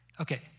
Okay